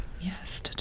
Yes